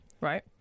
right